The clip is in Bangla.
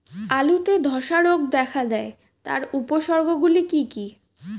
আলুতে ধ্বসা রোগ দেখা দেয় তার উপসর্গগুলি কি কি?